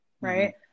right